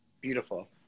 beautiful